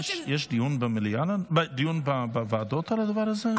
למרות, סליחה, יש דיון בוועדות על הדבר הזה?